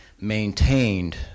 maintained